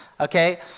okay